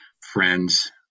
friends